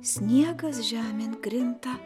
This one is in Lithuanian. sniegas žemėn krinta